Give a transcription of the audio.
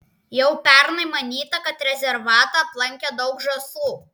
jau pernai manyta kad rezervatą aplankė daug žąsų